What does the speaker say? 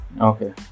okay